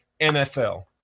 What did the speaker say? NFL